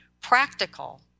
Practical